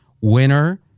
winner